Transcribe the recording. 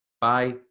Bye